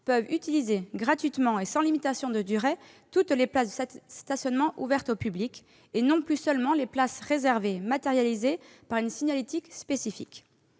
peuvent utiliser gratuitement et sans limitation de durée toutes les places de stationnement ouvertes au public, et non plus seulement les places réservées matérialisées par une signalétique spécifique.